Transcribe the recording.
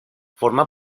forma